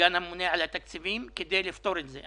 סגן הממונה על התקציבים, כדי לפתור את זה.